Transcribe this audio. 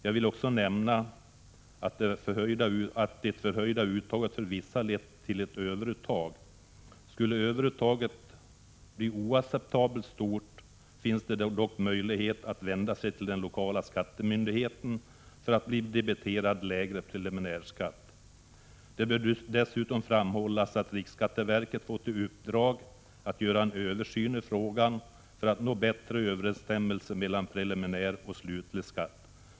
Jag vill också nämna att det förhöjda uttaget för vissa lett till ett överuttag. Skulle överuttaget bli oacceptabelt stort finns det dock möjlighet att vända sig till den lokala skattemyndigheten för att bli debiterad lägre preliminärskatt. Det bör dessutom framhållas att riksskatteverket fått i uppdrag att göra en översyn i frågan för att nå bättre överensstämmelse mellan preliminär och slutlig skatt.